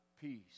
peace